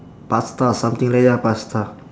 pasta something like ya pasta